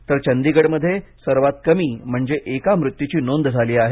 तर चंदीगढमध्ये सर्वात कमी म्हणजे एका मृत्यूची नोंद झाली आहे